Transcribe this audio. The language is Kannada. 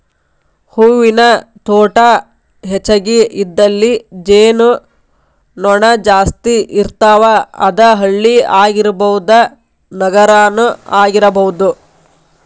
ಹೂವಿನ ತೋಟಾ ಹೆಚಗಿ ಇದ್ದಲ್ಲಿ ಜೇನು ನೊಣಾ ಜಾಸ್ತಿ ಇರ್ತಾವ, ಅದ ಹಳ್ಳಿ ಆಗಿರಬಹುದ ನಗರಾನು ಆಗಿರಬಹುದು